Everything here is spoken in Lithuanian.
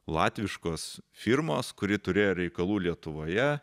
latviškos firmos kuri turėjo reikalų lietuvoje